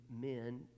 men